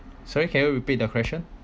sorry can you repeat the question